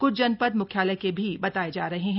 कुछ जनपद म्ख्यालय के भी बताए जा रहे हैं